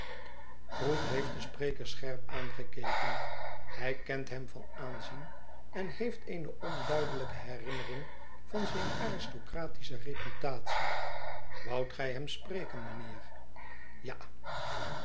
krook heeft den spreker scherp aangekeken hij kent hem van aanzien en heeft eene onduidelijke herinnering van zijne aristocratische reputatie woudt gij hem spreken mijnheer ja